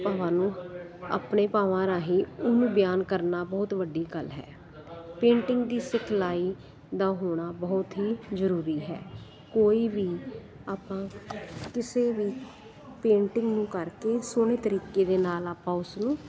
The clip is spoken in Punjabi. ਭਾਵਾਂ ਨੂੰ ਆਪਣੇ ਭਾਵਾਂ ਰਾਹੀਂ ਉਹਨੂੰ ਬਿਆਨ ਕਰਨਾ ਬਹੁਤ ਵੱਡੀ ਗੱਲ ਹੈ ਪੇਂਟਿੰਗ ਦੀ ਸਿਖਲਾਈ ਦਾ ਹੋਣਾ ਬਹੁਤ ਹੀ ਜ਼ਰੂਰੀ ਹੈ ਕੋਈ ਵੀ ਆਪਾਂ ਕਿਸੇ ਵੀ ਪੇਂਟਿੰਗ ਨੂੰ ਕਰਕੇ ਸੋਹਣੇ ਤਰੀਕੇ ਦੇ ਨਾਲ ਆਪਾਂ ਉਸਨੂੰ